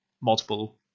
multiple